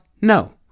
No